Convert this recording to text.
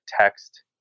text